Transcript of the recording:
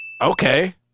Okay